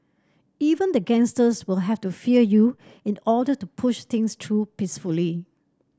even the gangsters will have to fear you in order to push things through peacefully